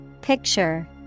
Picture